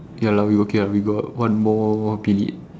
ya lah we okay ah we got one more minute